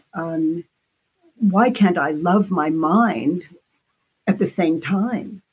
um why can't i love my mind at the same time?